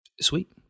Sweet